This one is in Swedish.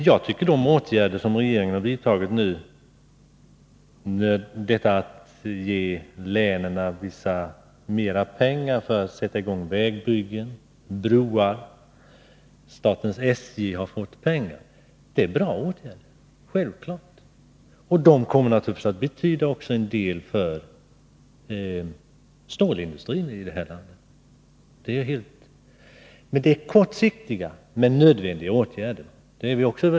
Jag tycker att de åtgärder som regeringen nu har vidtagit — att ge länen ytterligare pengar för att sätta i gång byggen av vägar och broar och att ge SJ medel — är bra. Och de kommer naturligtvis också att betyda en del för stålindustrin i det här landet. Det är nödvändiga men kortsiktiga åtgärder.